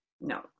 no